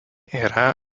yra